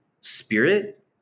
spirit